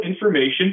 information